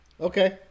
Okay